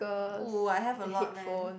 oh I have a lot man